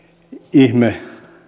ihme